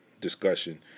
discussion